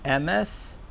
MS